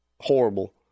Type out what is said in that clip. horrible